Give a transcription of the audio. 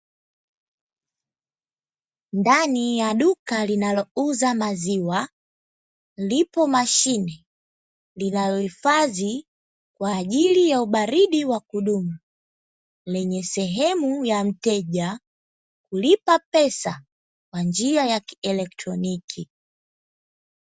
Ndani ya duka linalouza maziwa ndipo mashine linalohifadhi kwa ajili ya ubaridi wa kudumu, lenye sehemu ya mteja kulipa pesa kwa njia ya kielektroniki.